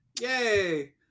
Yay